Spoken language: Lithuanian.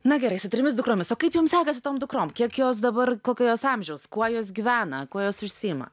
na gerai su trimis dukromis o kaip joms sekasi tom dukrom kiek jos dabar kokio jos amžiaus kuo jos gyvena kuo jos užsiima